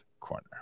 Corner